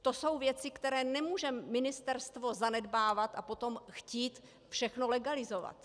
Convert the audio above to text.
To jsou věci, které nemůže ministerstvo zanedbávat, a potom chtít všechno legalizovat.